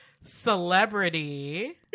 Celebrity